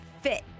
fit